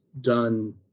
done